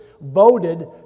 voted